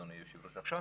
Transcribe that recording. אדוני היושב-ראש: עכשיו,